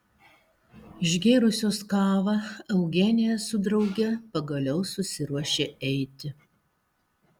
išgėrusios kavą eugenija su drauge pagaliau susiruošė eiti